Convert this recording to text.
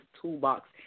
toolbox